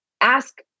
ask